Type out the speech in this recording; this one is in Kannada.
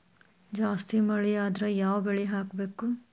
ಜಾಸ್ತಿ ಮಳಿ ಆದ್ರ ಯಾವ ಬೆಳಿ ಹಾಕಬೇಕು?